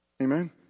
Amen